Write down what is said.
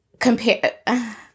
Compare